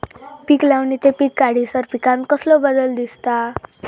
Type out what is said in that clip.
पीक लावणी ते पीक काढीसर पिकांत कसलो बदल दिसता?